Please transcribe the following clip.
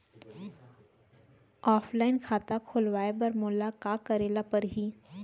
Offline खाता खोलवाय बर मोला का करे ल परही?